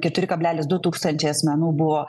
keturi kablelis du tūkstančiai asmenų buvo